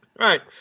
Right